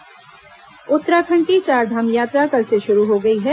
चार धाम यात्रा उत्तराखंड की चार धाम यात्रा कल से शुरू हो गई है